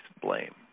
blame